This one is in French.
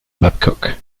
babcock